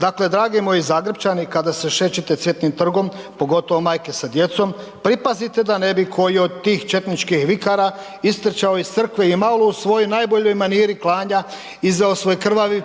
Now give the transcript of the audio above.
Dakle drago moji Zagrepčani, kada se šećete Cvjetnim trgom, pogotovo majke sa djecom, pripazite da ne bi koji od tih četničkih vikara istrčao iz crkve i malo u svojoj maniri klanja, izveo svoj krvavi